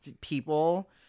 people